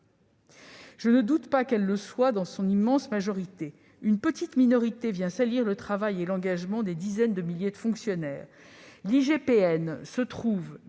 Je ne doute pas qu'elle le soit dans son immense majorité, mais une petite minorité vient salir le travail et l'engagement de dizaines de milliers de fonctionnaires. L'inspection